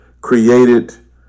created